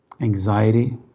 anxiety